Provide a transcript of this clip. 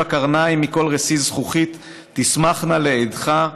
קרניים מכל רסיס זכוכית תשמחנה לאידך,